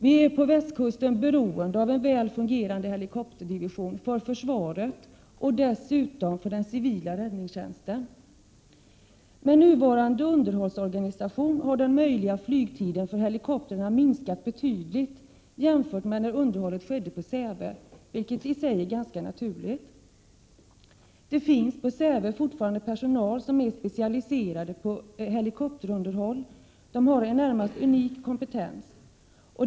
Vi är på västkusten beroende av en väl fungerande helikopterdivision för försvaret och dessutom för den civila räddningstjänsten. helikoptrarna minskat betydligt, jämfört med när underhållet skedde på Säve, vilket i sig är ganska naturligt. Det finns på Säve fortfarande personal som är specialiserad på helikopterunderhåll. Personalen har en närmast unik kompetens.